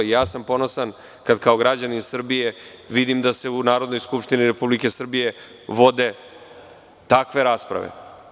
Ja sam ponosan kad, kao građanin Srbije, vidim da se u Narodnoj skupštini Republike Srbije vode takve rasprave.